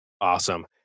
Awesome